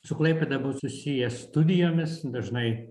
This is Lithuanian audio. su klaipėda bus susiję studijomis dažnai